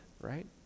right